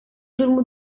durumu